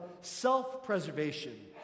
self-preservation